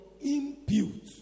impute